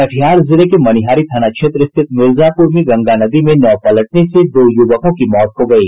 कटिहार जिले के मनिहारी थाना क्षेत्र स्थित मिर्जापुर में गंगा नदी में नाव पलटने से दो युवकों की मौत हो गयी